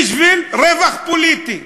בשביל רווח פוליטי,